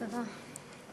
תודה.